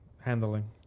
handling